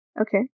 Okay